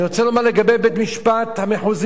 אני רוצה לומר לגבי השופטים בבית-המשפט המחוזי,